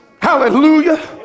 Hallelujah